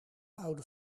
oude